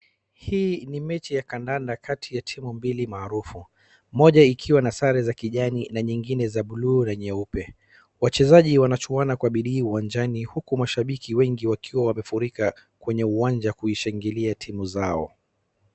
Hii ni mechi ya kadada kati ya timu mbili maarufu. Moja ikiwa na sare za kijani na nyingine za buluu na nyeupe. Wachezaji wanachuana kwa bidii uwanjani uku mashambiki wengi wakiwa wamefurika kwenye uwanja kuishangilia timu zao.